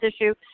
issue